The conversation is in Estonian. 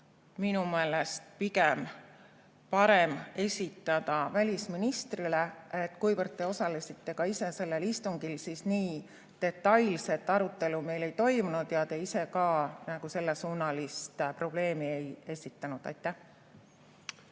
minu meelest parem esitada välisministrile. Te osalesite ka ise sellel istungil. Nii detailset arutelu meil ei toimunud ja te ise ka sellesuunalist probleemi ei esitanud. Suur